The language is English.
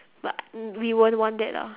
but we won't want that lah